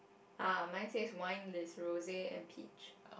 uh mine says wine le rose and peach